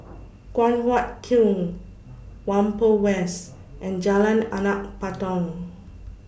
Guan Huat Kiln Whampoa West and Jalan Anak Patong